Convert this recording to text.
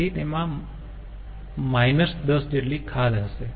તેથી તેમાં 10 જેટલી ખાધ હશે